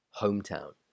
hometown